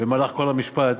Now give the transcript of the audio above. במהלך כל המשפט